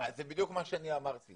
זה בדיוק מה שאני אמרתי,